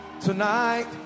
tonight